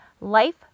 Life